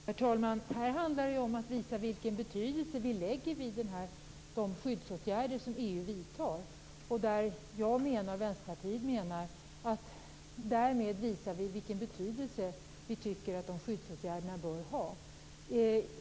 Herr talman! Det här handlar om att visa vilken betydelse vi fäster vid de skyddsåtgärder som EU vidtar. Vänsterpartiet menar att vi därmed visar vilken betydelse vi tycker att de skyddsåtgärderna bör ha.